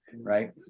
right